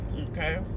Okay